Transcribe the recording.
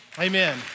Amen